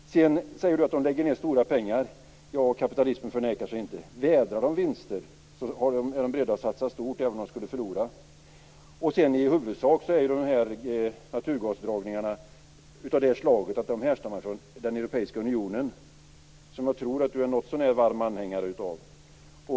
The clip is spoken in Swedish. Du säger att man lägger ned stora pengar. Ja, kapitalismen förnekar sig inte. Vädrar man vinster är man beredd att satsa stort, även om man skulle förlora. I huvudsak är ju naturgasdragningarna av det slaget att de härstammar från den europeiska unionen, som jag tror att du är en något så när varm anhängare av.